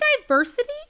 diversity